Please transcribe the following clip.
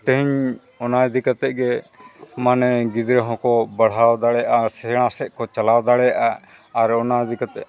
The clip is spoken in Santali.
ᱛᱮᱦᱮᱧ ᱚᱱᱟ ᱤᱫᱤ ᱠᱟᱛᱮᱫ ᱜᱮ ᱢᱟᱱᱮ ᱜᱤᱫᱽᱨᱟᱹ ᱦᱚᱸ ᱠᱚ ᱵᱟᱲᱦᱟᱣ ᱵᱟᱲᱦᱟᱣ ᱫᱟᱲᱮᱭᱟᱜᱼᱟ ᱟᱨ ᱥᱮᱬᱟ ᱥᱮᱫ ᱠᱚ ᱪᱟᱞᱟᱣ ᱫᱟᱲᱮᱭᱟᱜᱼᱟ ᱟᱨ ᱚᱱᱟ ᱤᱫᱤ ᱠᱟᱛᱮᱫ